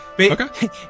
Okay